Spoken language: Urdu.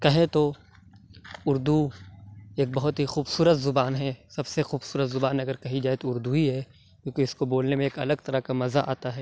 کہے تو اُردو ایک بہت ہی خوبصورت زبان ہے سب سے خوبصورت زبان اگر کہی جائے تو اُردو ہی ہے کیوں کہ اِس کے بولنے میں ایک الگ طرح کا مزا آتا ہے